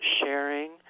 sharing